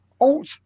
alt